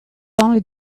only